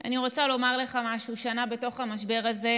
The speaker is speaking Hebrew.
אני רוצה לומר לך משהו: שנה בתוך המשבר הזה,